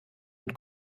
und